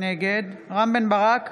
נגד רם בן ברק,